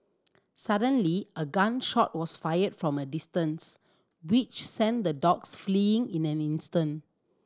suddenly a gun shot was fired from a distance which sent the dogs fleeing in an instant